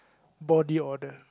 body odour